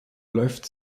läuft